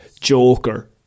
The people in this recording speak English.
Joker